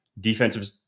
defensive